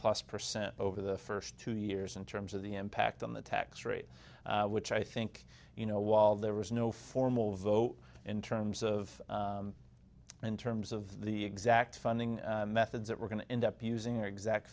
plus percent over the first two years in terms of the impact on the tax rate which i think you know while there was no formal vote in terms of in terms of the exact funding methods that we're going to end up using the exact